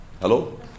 Hello